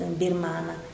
birmana